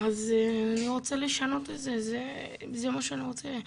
אז אני רוצה לשנות את זה, זה מה שאני רוצה,